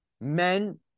men